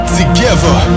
together